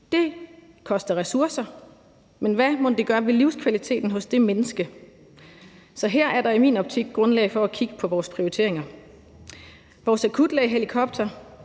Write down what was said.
Det koster ressourcer. Men hvad mon det gør ved livskvaliteten hos det menneske? Så her er der i min optik grundlag for at kigge på vores prioriteringer. Vores akutlægehelikoptere